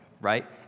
right